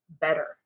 better